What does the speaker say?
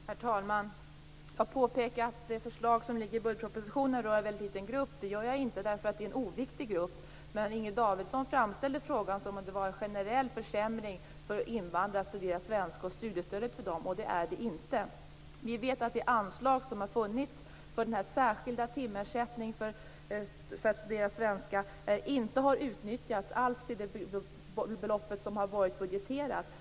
Herr talman! Jag påpekade att det förslag som finns i budgetpropositionen rör en väldigt liten grupp. Det gör jag inte därför att det är en oviktig grupp. Inger Davidson framställde frågan som om det var en generell försämring av studiestödet för invandrare som studerar svenska, och det är det inte. Vi vet att det anslag som har funnits för den särskilda timersättningen för att studera svenska inte alls har utnyttjats till det belopp som har varit budgeterat.